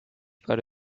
para